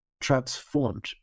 transformed